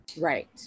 Right